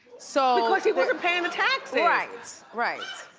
so because he wasn't paying the taxes. right, right.